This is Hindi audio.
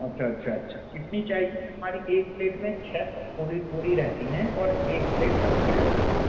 अच्छा अच्छा अच्छा कितनी चाहिए हमारी एक प्लेट में छः पू पूड़ी पूड़ी रहती हैं और एक प्लेट सब्ज़ी रहती है